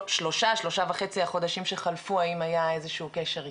בשלושה-שלושה וחצי החודשים שחלפו האם היה איזשהו קשר איתכם?